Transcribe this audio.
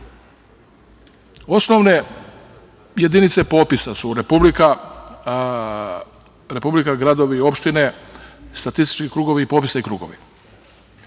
Osnovne jedinice popisa su republika, gradovi, opštine, statistički krugovi i popisni